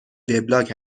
وبلاگ